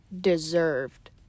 deserved